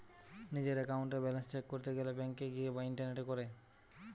নিজের একাউন্টের balance check করতে গেলে ব্যাংকে গিয়ে বা ইন্টারনেটে করে